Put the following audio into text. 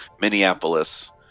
Minneapolis